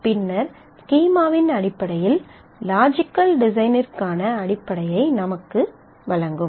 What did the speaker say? பின்னர் ஸ்கீமாவின் அடிப்படையில் லாஜிக்கல் டிசைனிற்கான அடிப்படையை நமக்கு வழங்கும்